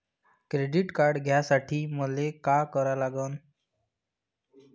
Credit card घ्यासाठी मले का करा लागन?